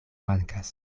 mankas